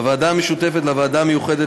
והתעשייה: בוועדה המשותפת לוועדה המיוחדת